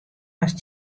ast